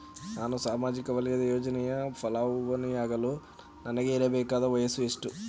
ನಾನು ಸಾಮಾಜಿಕ ವಲಯದ ಯೋಜನೆಯ ಫಲಾನುಭವಿ ಯಾಗಲು ನನಗೆ ಇರಬೇಕಾದ ವಯಸ್ಸು ಎಷ್ಟು?